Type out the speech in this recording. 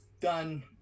done